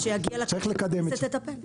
צריך שיגיע לכנסת, הכנסת תטפל.